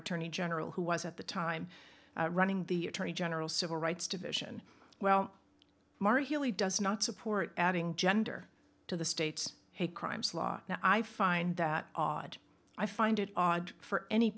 attorney general who was at the time running the attorney general civil rights division well mara healy does not support adding gender to the state's hate crimes law now i find that odd i find it odd for any